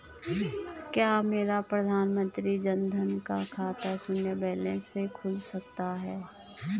क्या मेरा प्रधानमंत्री जन धन का खाता शून्य बैलेंस से खुल सकता है?